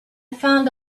found